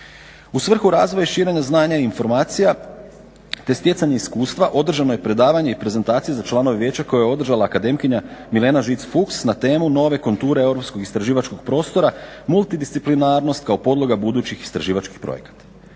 U svrhu razvoja i širenja znanja i informacija, te stjecanje iskustva održano je predavanje i prezentacija za članove Vijeća koje je održala akademkinja Milena Žic Fuchs na temu "Nove konture europskog istraživačkog prostora, multidisciplinarnost kao podloga budućih istraživačkih projekata".